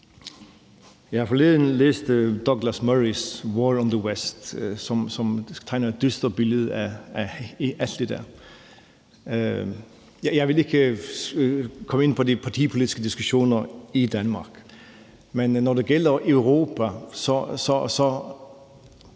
Jeg har forleden læst Douglas Murrays »The War on the West«, som tegner et dystert billede af alt det der. Jeg vil ikke komme ind på de partipolitiske diskussioner i Danmark, men der er et andet aspekt